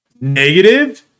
Negative